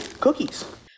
Cookies